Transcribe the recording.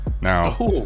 Now